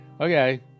Okay